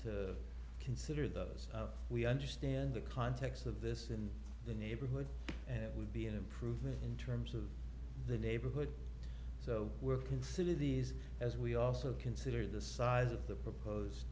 to consider those we understand the context of this in the neighborhood and it would be an improvement in terms of the neighborhood so we'll consider these as we also consider the size of the propose